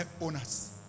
owners